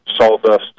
sawdust